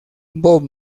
bob